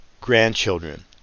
grandchildren